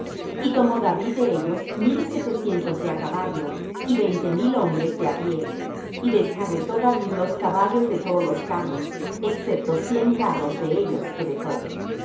tomó david de ellos mil y setecientos de á caballo y veinte mil hombres de á pie y desjarretó david los caballos de todos los carros excepto cien carros de ellos que dejó